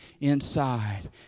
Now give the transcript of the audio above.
inside